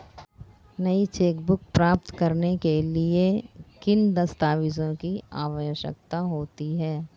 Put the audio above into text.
नई चेकबुक प्राप्त करने के लिए किन दस्तावेज़ों की आवश्यकता होती है?